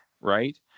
right